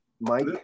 Mike-